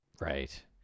Right